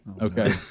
Okay